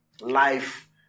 life